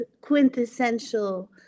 quintessential